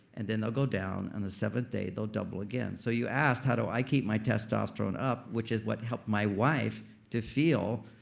and then they'll go down and on the seventh day they'll double again. so you ask how do i keep my testosterone up, which is what helped my wife to feel.